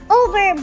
over